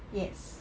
yes